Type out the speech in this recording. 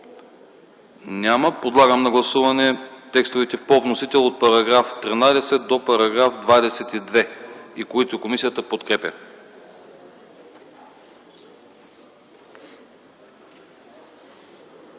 Няма. Подлагам на гласуване текстовете по вносител от § 13 до § 22, които комисията подкрепя.